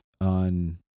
on